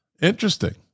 Interesting